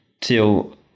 till